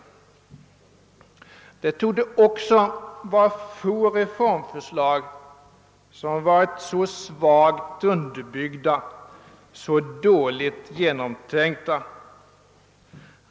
Det torde också vara få reformförslag som varit så svagt underbyggda, så dåligt genomtänkta.